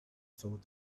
thought